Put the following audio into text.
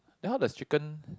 then how does chicken